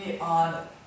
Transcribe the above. on